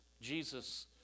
Jesus